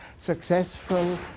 successful